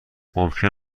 ممکن